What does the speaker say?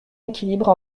équilibre